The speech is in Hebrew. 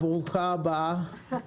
ברוכה הבאה.